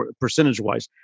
percentage-wise